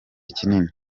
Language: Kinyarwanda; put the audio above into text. kinini